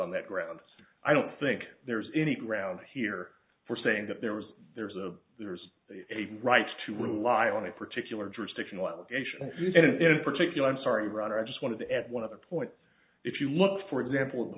on that grounds i don't think there's any ground here for saying that there was there is a there's a right to rely on a particular jurisdiction law in particular i'm sorry ron i just wanted to add one other point if you look for example of